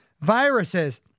viruses